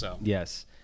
yes